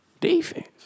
Defense